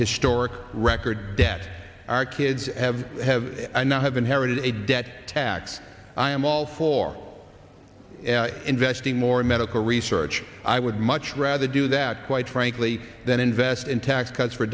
historic record debt our kids have have not have inherited a debt tax i am all for investing more in medical research i would much rather do that quite frankly than invest in tax cuts for